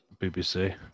BBC